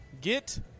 Get